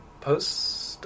post